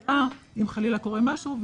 וההצלה אם חלילה קורה משהו,